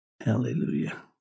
Hallelujah